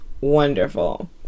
Wonderful